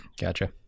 gotcha